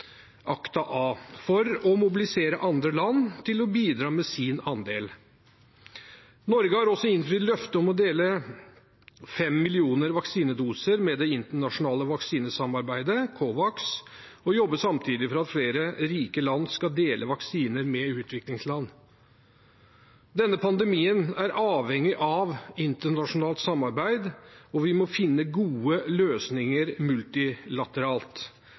for å mobilisere andre land til å bidra med sin andel. Norge har også innfridd løftet om å dele fem millioner vaksinedoser med det internasjonale vaksinesamarbeidet, COVAX og jobber samtidig for at flere rike land skal dele vaksiner med utviklingsland. Denne pandemien er avhengig av internasjonalt samarbeid, og vi må finne gode løsninger multilateralt.